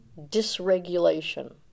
dysregulation